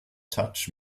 touch